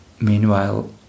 Meanwhile